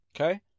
Okay